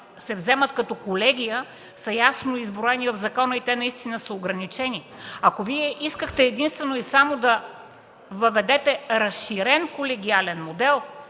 се вземат като колегия, са ясно изброени в закона и наистина са ограничени. Ако Вие искахте единствено и само да въведете разширен колегиален модел,